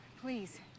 please